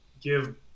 give